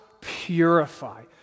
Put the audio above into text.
purify